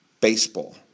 baseball